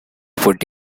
put